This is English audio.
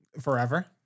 forever